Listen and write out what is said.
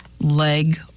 leg